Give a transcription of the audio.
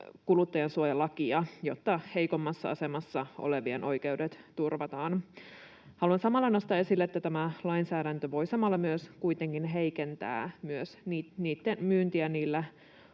kuluttajansuojalakia, jotta heikommassa asemassa olevien oikeudet turvataan. Haluan samalla nostaa esille, että tämä lainsäädäntö voi samalla kuitenkin myös heikentää myyntiä niillä